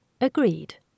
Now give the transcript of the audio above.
Agreed